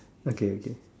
okay okay